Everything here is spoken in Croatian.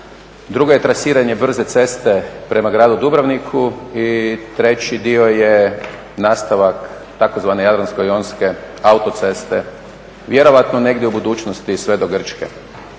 druga je trasiranje brze ceste prema Gradu Dubrovniku i treći dio je nastavak tzv. jadransko-jonske autoceste, vjerojatno negdje u budućnosti sve do Grčke.